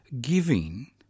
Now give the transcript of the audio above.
giving